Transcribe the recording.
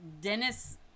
Dennis